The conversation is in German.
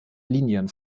linien